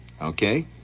Okay